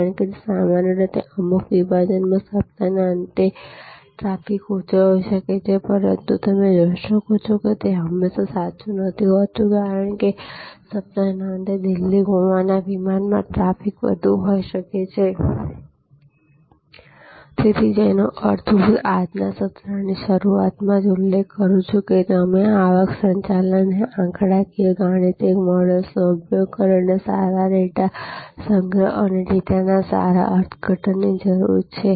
કારણ કે સામાન્ય રીતે અમુક વિભાજનમાં સપ્તાહના અંતે ટ્રાફિક ઓછો હોઈ શકે છે પરંતુ તમે જોઈ શકો છો કે તે હંમેશા સાચું નથી હોતું કે સપ્તાહના અંતે દિલ્હી ગોવાના વિમાનમાં ટ્રાફિક વધુ હોઈ શકે છે તેથી જેનો અર્થ હું આજના સત્રની શરૂઆતમાં જ ઉલ્લેખ કરું છું તેમ આવક સંચાલનને આંકડાકીય ગાણિતિક મોડલ્સનો ઉપયોગ કરીને સારા ડેટા સંગ્રહ અને ડેટાના સારા અર્થઘટનની જરૂર છે